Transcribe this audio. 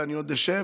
ואני עוד אשב.